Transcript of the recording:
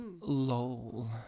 lol